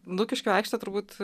lukiškių aikštė turbūt